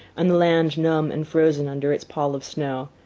and the land numb and frozen under its pall of snow,